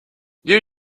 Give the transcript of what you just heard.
you